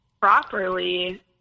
properly